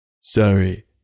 Sorry